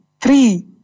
three